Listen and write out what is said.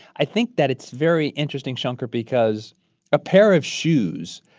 i think that it's very interesting, shankar, because a pair of shoes,